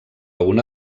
una